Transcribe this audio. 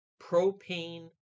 Propane